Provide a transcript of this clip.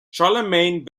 charlemagne